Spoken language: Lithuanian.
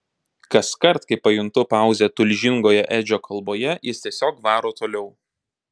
kaskart kai pajuntu pauzę tulžingoje edžio kalboje jis tiesiog varo toliau